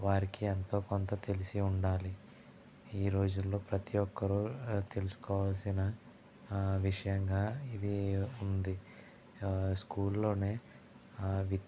వారికి ఎంతో కొంత తెలిసి ఉండాలి ఈరోజుల్లో ప్రతి ఒక్కరూ తెలుసుకోవాల్సిన విషయంగా ఇది ఉంది స్కూల్ల్లోనే విత్